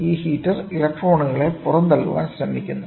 ഈ ഹീറ്റർ ഇലക്ട്രോണുകളെ പുറന്തള്ളാൻ ശ്രമിക്കുന്നു